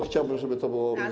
Chciałbym, żeby to było.